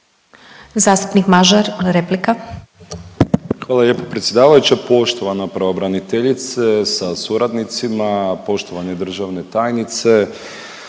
Nikola (HDZ)** Hvala lijepo predsjedavajuća. Poštovana pravobraniteljice sa suradnicima, poštovane državne tajnice.